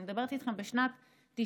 אני מדברת איתכם על שנת 1996,